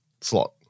slot